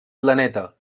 planeta